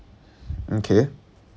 okay